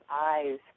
eyes